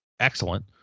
Excellent